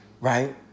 Right